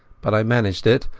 but i managed it,